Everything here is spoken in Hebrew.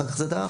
אחר כך זה דעך.